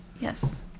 Yes